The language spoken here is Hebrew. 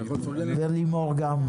ולימור גם.